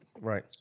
Right